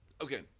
okay